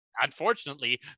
unfortunately